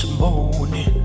morning